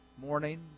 morning